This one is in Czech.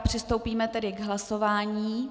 Přistoupíme tedy k hlasování.